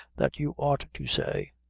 that you ought to say,